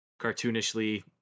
cartoonishly